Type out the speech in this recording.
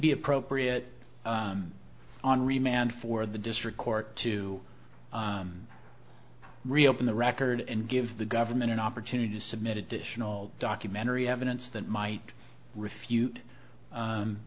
be appropriate on remand for the district court to reopen the record and give the government an opportunity to submit additional documentary evidence that might refute